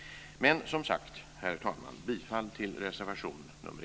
Men, som sagt, herr talman: bifall till reservation 1.